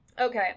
Okay